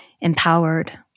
empowered